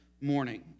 morning